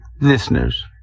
listeners